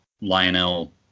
Lionel